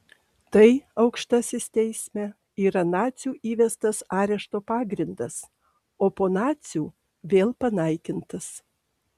tai aukštasis teisme yra nacių įvestas arešto pagrindas o po nacių vėl panaikintas